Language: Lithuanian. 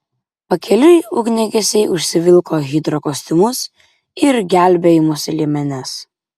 pakeliui ugniagesiai užsivilko hidrokostiumus ir gelbėjimosi liemenes